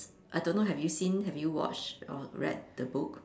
I don't know have you seen have you watched or read the book